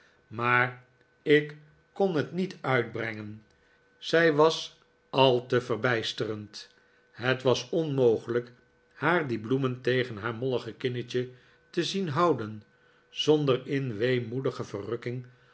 seringeboom ik kon het niet uitbrengen zij was al te verbijsterend het was onmogelijk haar die bloemen tegen haar mollige kinnetje te zien houden zonder in weemoedige verrukking